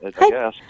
Hi